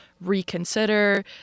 reconsider